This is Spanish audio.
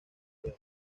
rueda